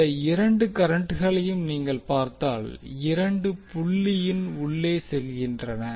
இந்த இரண்டு கரண்ட்களையும் நீங்கள் பார்த்தால் இரண்டும் புள்ளியின் உள்ளே செல்கின்றன